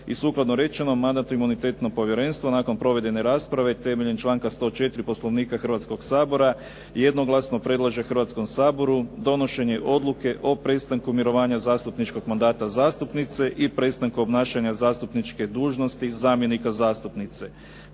Sukladno rečenom Mandatno-imunitetno povjerenstvo nakon provedene rasprave temeljem članka 104. Poslovnika Hrvatskoga sabora jednoglasno predlaže Hrvatskom saboru donošenje odluke o prestanku mirovanja zastupničkog mandata zastupnice i prestanku obnašanja zastupničke dužnosti zamjenika zastupnice.